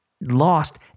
lost